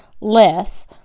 less